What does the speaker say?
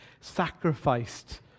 sacrificed